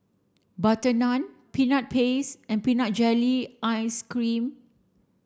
butter naan peanut paste and peanut jelly ice cream